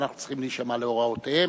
ואנחנו צריכים להישמע להוראותיהם,